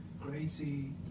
Crazy